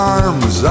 arms